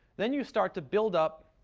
then you start to build up